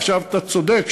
עכשיו, אתה צודק.